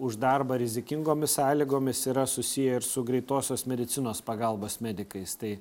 už darbą rizikingomis sąlygomis yra susiję ir su greitosios medicinos pagalbos medikais tai